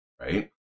Right